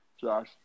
Josh